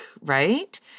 right